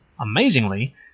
Amazingly